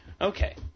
Okay